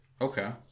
Okay